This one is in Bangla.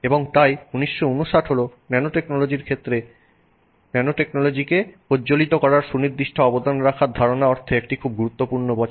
এবং তাই ১৯৫৯ হল ন্যানোটেকনোলজির ক্ষেত্রে ন্যানোটেকনোলজিকে প্রজ্বলিত করার সুনির্দিষ্ট অবদান রাখার ধারণার অর্থে একটি খুব গুরুত্বপূর্ণ বছর